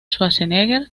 schwarzenegger